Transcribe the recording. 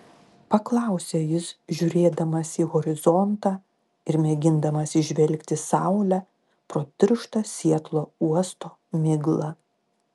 paklausė jis žiūrėdamas į horizontą ir mėgindamas įžvelgti saulę pro tirštą sietlo uosto miglą